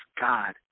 God